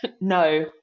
no